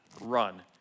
run